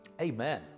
Amen